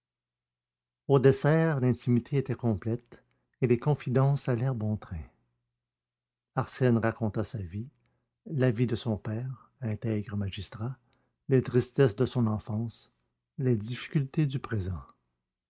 au dessert l'intimité était complète et les confidences allèrent bon train arsène raconta sa vie la vie de son père intègre magistrat les tristesses de son enfance les difficultés du présent